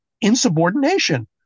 insubordination